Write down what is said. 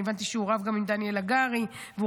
הבנתי שהוא רב גם עם דניאל הגרי והוא